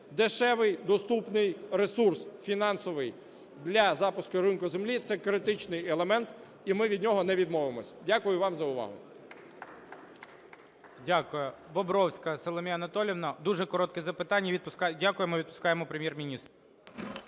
Дешевий, доступний ресурс фінансовий для запуску ринку землі - це критичний елемент і ми від нього не відмовимось. Дякую вам за увагу.